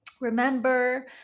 remember